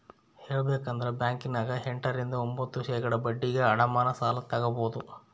ಹೇಳಬೇಕಂದ್ರ ಬ್ಯಾಂಕಿನ್ಯಗ ಎಂಟ ರಿಂದ ಒಂಭತ್ತು ಶೇಖಡಾ ಬಡ್ಡಿಗೆ ಅಡಮಾನ ಸಾಲ ತಗಬೊದು